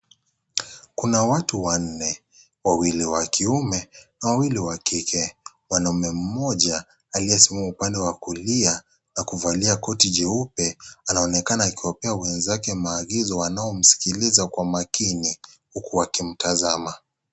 Kuna watu wanne, wawili wa kiume na wawili wa kike, mwanaume mmoja aliyesimama upande wa kulia na kuvalia koti jeupe anaonekana akiwapea wenzake maagizo wanaomsikiliza kwa makini huku wakimtazama.